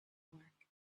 work